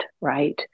right